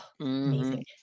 amazing